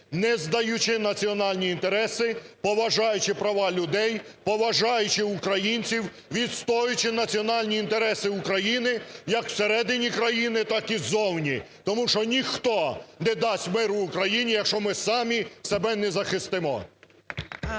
не здаючи національні інтереси, поважаючи права людей, поважаючи українців, відстоюючи національні інтереси України як всередині країни, так і зовні. Тому що ніхто не дасть миру Україні, якщо ми самі себе не захистимо.